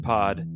Pod